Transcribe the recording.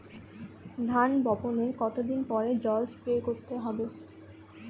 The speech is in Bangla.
ধান বপনের কতদিন পরে জল স্প্রে করতে হবে?